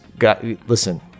listen